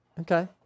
Okay